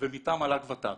ומטעם מל"ג/ות"ת.